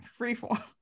freeform